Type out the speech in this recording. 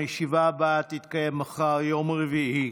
הישיבה הבאה תתקיים מחר, יום רביעי,